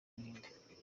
buhinde